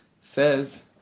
says